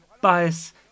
bias